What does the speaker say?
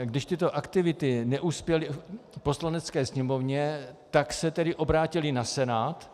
Když tyto aktivity neuspěly v Poslanecké sněmovně, tak se tedy obrátily na Senát.